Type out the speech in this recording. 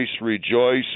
rejoice